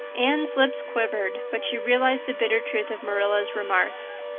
anne's lips quivered, but she realized the bitter truth of marilla's remarks.